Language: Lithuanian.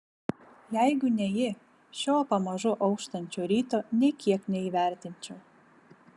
jeigu ne ji šio pamažu auštančio ryto nė kiek neįvertinčiau